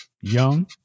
young